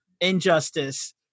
Injustice